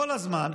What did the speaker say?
כל הזמן,